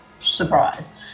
Surprise